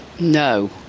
No